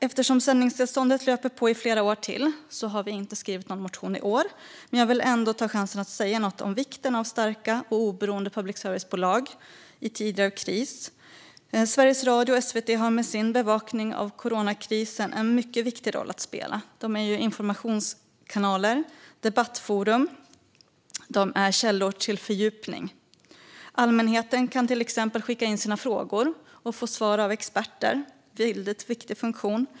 Eftersom sändningstillståndet löper flera år till har vi inte skrivit någon motion i år, men jag vill ändå ta chansen att säga något om vikten av starka och oberoende public service-bolag i tider av kris. Sveriges Radio och SVT har med sin bevakning av coronakrisen en mycket viktig roll att spela. De är ju informationskanaler, debattforum och källor till fördjupning. Allmänheten kan till exempel skicka in sina frågor och få svar av experter - en väldigt viktig funktion.